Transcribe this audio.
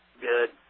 Good